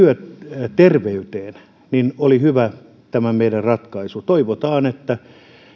työterveyteen eli oli hyvä tämä meidän ratkaisumme toivotaan että